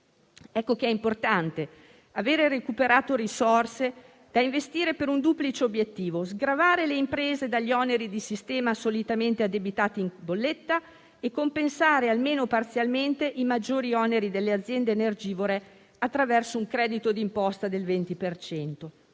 Ecco che è importante aver recuperato risorse da investire per un duplice obiettivo: sgravare le imprese dagli oneri di sistema solitamente addebitati in bolletta e compensare almeno parzialmente i maggiori oneri delle aziende energivore attraverso un credito di imposta del 20